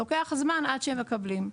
לוקח זמן עד שהם מקבלים.